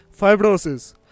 fibrosis